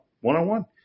one-on-one